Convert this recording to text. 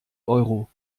euro